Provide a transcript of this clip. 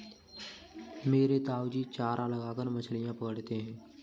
मेरे ताऊजी चारा लगाकर मछलियां पकड़ते हैं